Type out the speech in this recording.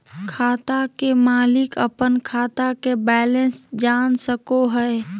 खाता के मालिक अपन खाता के बैलेंस जान सको हय